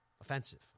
offensive